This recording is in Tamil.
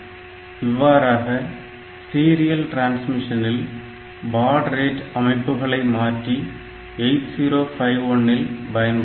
இவ்வாறாக சீரியல் டிரான்ஸ்மிஷனில் பாட் ரேட் அமைப்புகளை மாற்றி 8051 இல் பயன்படுத்தலாம்